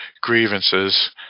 grievances